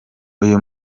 uyu